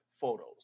photos